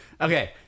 okay